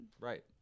Right